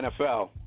NFL